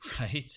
Right